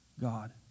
God